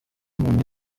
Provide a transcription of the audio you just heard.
umuntu